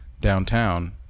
downtown